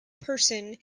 person